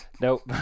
Nope